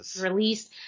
Released